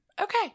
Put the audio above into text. Okay